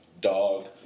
dog